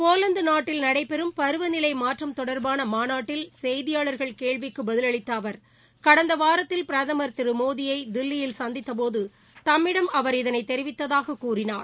Poland நாட்டில் நடைபெறும் பருவநிலை மாற்றம் தொடர்பான மாநாட்டில் செய்தியாளர்கள் கேள்விகளுக்கு பதிலளித்த திரு குட்டரஸ் கடந்த வாரத்தில் பிரதமர் திரு மோடியை தில்லியில் சந்தித்தபோது தம்மிடம் அவர் இதைத் தெரிவித்ததாக கூறினார்